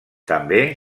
també